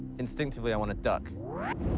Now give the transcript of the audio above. instinctively, i want to duck.